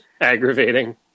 aggravating